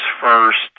first